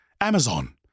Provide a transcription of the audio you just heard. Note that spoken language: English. Amazon